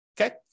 okay